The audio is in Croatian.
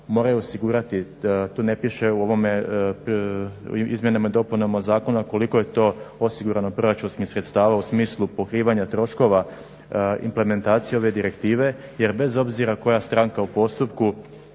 moraju osigurati tu ne piše u ovome izmjenama i dopunama zakona koliko je to osigurano proračunskim sredstava u smislu pokrivanja troškova implementacije ove direktive jer bez obzira koja stranka u postupku,